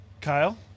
kyle